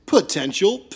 Potential